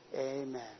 Amen